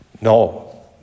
No